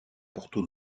porto